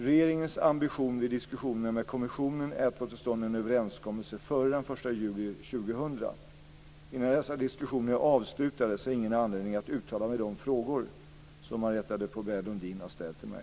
Regeringens ambition vid diskussionerna med kommissionen är att få till stånd en överenskommelse före den 1 juli 2000. Innan dessa diskussioner är avslutade ser jag ingen anledning att uttala mig i de frågor som Marietta de Pourbaix-Lundin har ställt till mig.